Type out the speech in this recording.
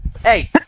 Hey